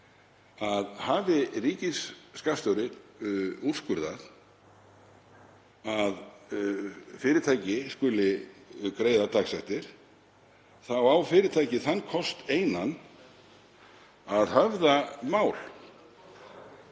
að hafi ríkisskattstjóri úrskurðað að fyrirtæki skuli greiða dagsektir þá á fyrirtækið þann kost einan að höfða mál